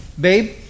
Babe